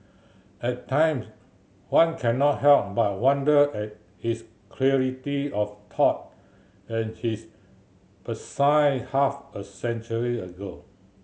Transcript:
at times one cannot help but wonder at his clarity of thought and his prescience half a century ago